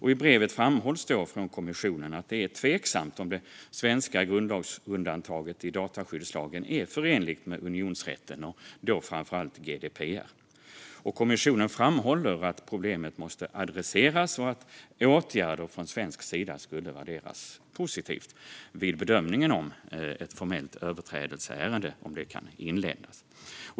I brevet framhölls från kommissionen att det är tveksamt om det svenska grundlagsundantaget i dataskyddslagen är förenligt med unionsrätten, framför allt med GDPR. Kommissionen framhåller att problemet måste adresseras och att åtgärder från svensk sida skulle värderas positivt vid bedömningen av om ett formellt överträdelseärende kan inledas.